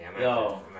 yo